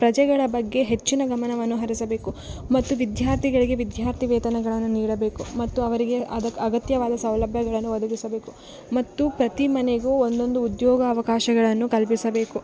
ಪ್ರಜೆಗಳ ಬಗ್ಗೆ ಹೆಚ್ಚಿನ ಗಮನವನ್ನು ಹರಿಸಬೆಕು ಮತ್ತು ವಿದ್ಯಾರ್ಥಿಗಳಿಗೆ ವಿದ್ಯಾರ್ಥಿ ವೇತನಗಳನ್ನು ನೀಡಬೆಕು ಮತ್ತು ಅವರಿಗೆ ಅಗ ಅಗತ್ಯವಾದ ಸೌಭ್ಯಗಳನ್ನು ಒದಗಿಸಬೇಕು ಮತ್ತು ಪ್ರತಿ ಮನೆಗು ಒಂದೊಂದು ಉದ್ಯೋಗ ಅವಕಾಶಗಳನ್ನು ಕಲ್ಪಿಸಬೇಕು